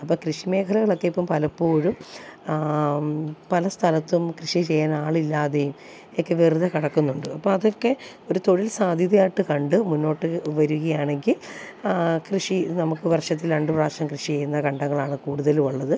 അപ്പോൾ കൃഷി മേഖലകളൊക്കെ ഇപ്പോൾ പലപ്പോഴും പല സ്ഥലത്തും കൃഷി ചെയ്യാൻ ആളില്ലാതെയും ഒക്കെ വെറുതെ കിടക്കുന്നുണ്ട് അപ്പോൾ അതൊക്കെ ഒരു തൊഴിൽ സാധ്യതയായിട്ട് കണ്ട് മുന്നോട്ട് വരികയാണെങ്കിൽ കൃഷി നമുക്ക് വർഷത്തിൽ രണ്ടു പ്രാവിശ്യം കൃഷി ചെയ്യുന്ന കണ്ടങ്ങളാണ് കൂടുതലും ഉള്ളത്